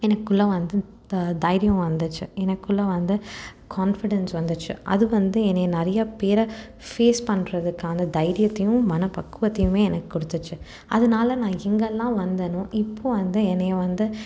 எனக்குள்ளே வந்து தா தைரியம் வந்துச்சு எனக்குள்ளே வந்து கான்ஃபிடன்ட்ஸ் வந்துச்சு அது வந்து என்னையை நிறைய பேரை ஃபேஸ் பண்ணுறதுக்கான தைரியத்தையும் மன பக்குவத்தையுமே எனக்கு கொடுத்துச்சு அதனால நான் எங்கெல்லாம் வந்தனோ இப்போ வந்து என்னையை வந்து